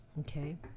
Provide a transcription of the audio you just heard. okay